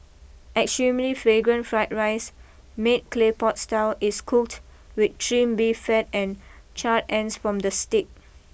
extremely fragrant fried rice made clay pot style is cooked with trimmed beef fat and charred ends from the steak